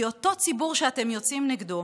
כי אותו ציבור שהם יוצאים נגדו,